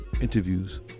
interviews